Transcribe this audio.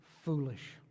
foolish